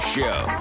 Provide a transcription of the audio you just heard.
show